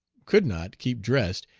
could not keep dressed,